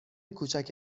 کوچک